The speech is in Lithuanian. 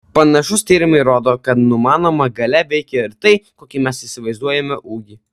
panašūs tyrimai rodo kad numanoma galia veikia ir tai kokį mes įsivaizduojame ūgį